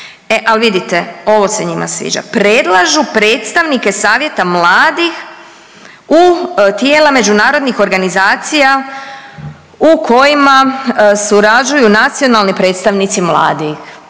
ali vidite, ovo se njima sviđa. Predlažu predstavnike savjeta mladih u tijela međunarodnih organizacija u kojima surađuju nacionalni predstavnici mladih.